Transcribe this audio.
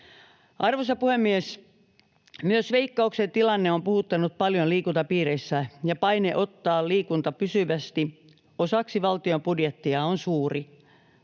Arvoisa puhemies! Myös Veikkauksen tilanne on puhuttanut paljon liikuntapiireissä, ja paine ottaa liikunta pysyvästi osaksi valtion budjettia on suuri.